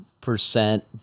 percent